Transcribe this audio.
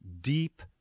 deep